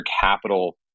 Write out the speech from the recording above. capital